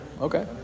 Okay